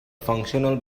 functional